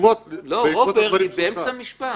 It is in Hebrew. רוברט, היא באמצע משפט.